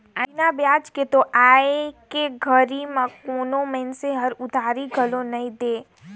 बिना बियाज के तो आयके घरी में कोनो मइनसे हर उधारी घलो नइ दे